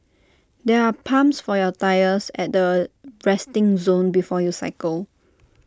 there are pumps for your tyres at the resting zone before you cycle